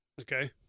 Okay